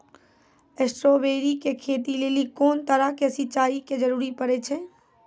Strawberry के खेती लेली कोंन तरह के सिंचाई के जरूरी पड़े छै?